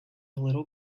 little